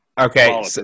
Okay